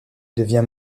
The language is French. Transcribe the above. devient